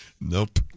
Nope